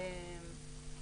כבוד היושב-ראש,